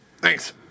Thanks